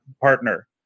partner